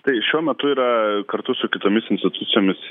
tai šiuo metu yra kartu su kitomis institucijomis